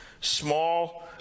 Small